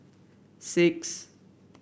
six